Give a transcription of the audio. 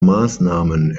maßnahmen